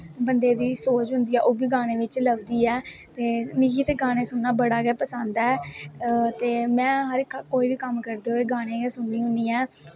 बंदे दी सोच होंदी ऐ ओह् बी गाने बिच्च लब्भदी ऐ ते मिगी ते गाने सुनना बड़ा गै पसंद ऐ ते में हर इक कम्म करदे होई गाने गै सुननी होनी ऐं